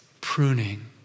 pruning